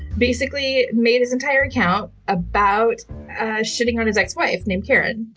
basically made his entire account about shitting on his ex-wife named karen.